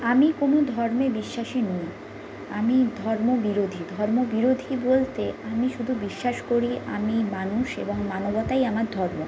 আমি কোনো ধর্মে বিশ্বাসী নই আমি ধর্ম বিরোধী ধর্ম বিরোধী বলতে আমি শুধু বিশ্বাস করি আমি মানুষ এবং মানবতাই আমার ধর্ম